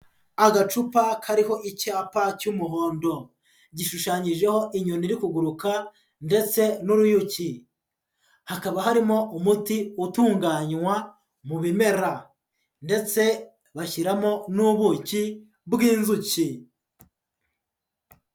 Agacupa kariho icyapa cy'umuhondo, gishushanyijeho inyoni iri kuguruka ndetse n'uruyuki, hakaba harimo umuti utunganywa mu bimera ndetse bashyiramo n'ubuki bw'inzuki.